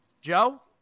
Joe